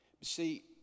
see